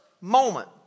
moment